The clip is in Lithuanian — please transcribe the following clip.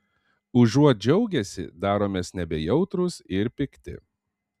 užuot džiaugęsi daromės nebejautrūs ir pikti